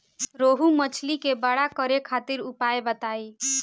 रोहु मछली के बड़ा करे खातिर उपाय बताईं?